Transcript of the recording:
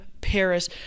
Paris